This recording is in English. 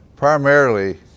Primarily